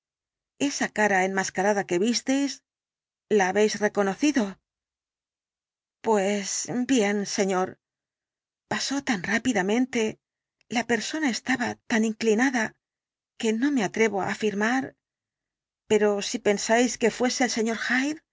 esa cara enmascarada que visteis la habéis reconocido el dr jekyll pues bien señor pasó tan rápidamente la persona estaba tan inclinada que no me atrevo á afirmar pero si pensáis que fuese el sr